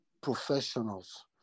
professionals